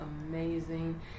amazing